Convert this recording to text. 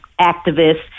activists